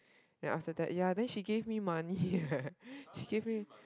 then after that ya then she give me money eh she give me